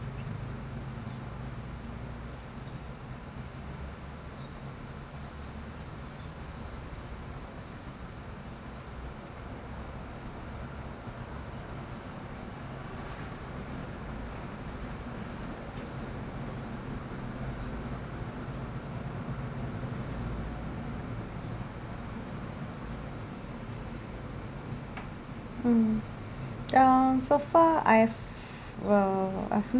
mm uh so far I've uh I've